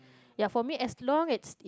ya for me as long as it